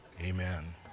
amen